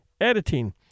editing